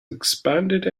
expanded